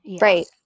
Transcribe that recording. Right